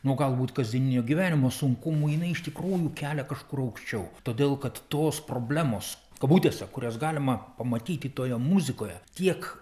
nuo galbūt kasdieninio gyvenimo sunkumų jinai iš tikrųjų kelia kažkur aukščiau todėl kad tos problemos kabutėse kurias galima pamatyti toje muzikoje tiek